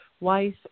wife